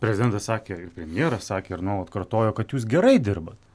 prezidentas sakė ir premjeras sakė ir nu vat kartojo kad jūs gerai dirbat